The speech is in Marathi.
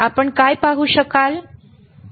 आपण काय पाहू शकाल